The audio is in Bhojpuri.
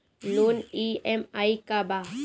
लोन ई.एम.आई का बा?